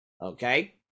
okay